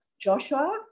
Joshua